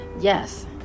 Yes